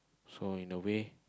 so in a way